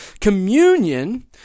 Communion